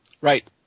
Right